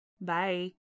Bye